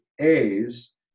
A's